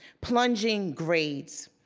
plunging grades,